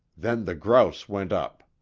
then the grouse went up.